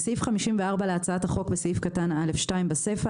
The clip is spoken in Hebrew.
בסעיף 54 להצעת החוק בסעיף קטן (א2) בסיפא